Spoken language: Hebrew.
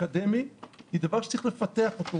והאקדמי היא דבר שצריך לפתח אותו.